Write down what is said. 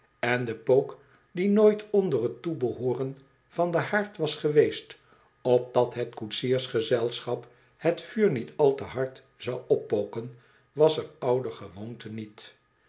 en de pook die nooit onder t toebehooren van den haard was geweest opdat het koetsiersgezelschap het vuur niet al te hard zou oppoken was er oudergewoonte niet